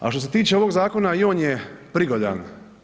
A što se tiče ovog zakona i on je prigodan.